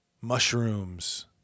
mushrooms